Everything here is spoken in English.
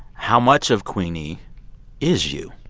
how much of queenie is you?